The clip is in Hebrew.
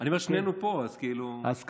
אני אומר, שנינו פה, אז כאילו, אז קדימה.